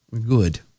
Good